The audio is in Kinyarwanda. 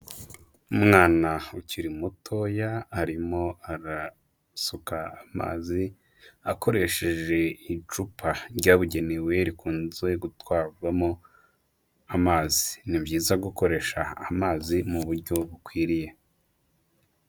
Umwana ukiri mutoya arimo arasuka amazi akoresheje icupa ryabugenewe rikunze gutwarwamo amazi, ni byiza gukoresha amazi mu buryo bukwiriye.